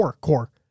core